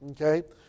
okay